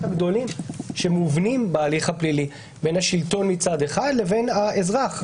הגדולים שמובנים בהליך הפלילי בין השלטון מצד אחד לבין האזרח,